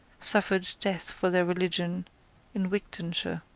suffered death for their religion in wigtonshire.